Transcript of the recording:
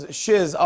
shiz